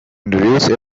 introduced